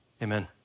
Amen